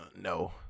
No